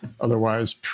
Otherwise